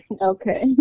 Okay